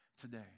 today